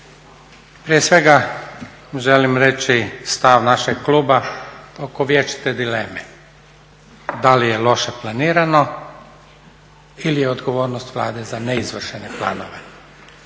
Prije svega želim reći stav našeg kluba oko vječite dileme, da li je loše planirano ili je odgovornost Vlade za neizvršene planove.